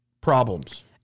problems